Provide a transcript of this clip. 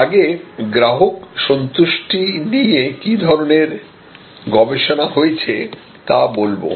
আগে গ্রাহক সন্তুষ্টি নিয়ে কি ধরনের গবেষণা হয়েছে তা বলব